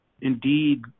indeed